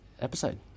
episode